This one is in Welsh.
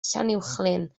llanuwchllyn